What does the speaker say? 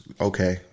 okay